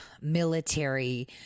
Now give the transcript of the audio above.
military